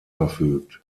verfügt